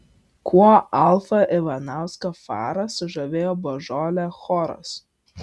kuo alfą ivanauską farą sužavėjo božolė choras